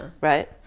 Right